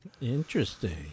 Interesting